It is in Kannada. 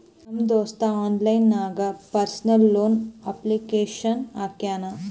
ನಮ್ ದೋಸ್ತ ಆನ್ಲೈನ್ ನಾಗೆ ಪರ್ಸನಲ್ ಲೋನ್ಗ್ ಅಪ್ಲಿಕೇಶನ್ ಹಾಕ್ಯಾನ್